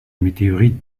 météorites